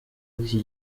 iki